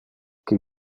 qui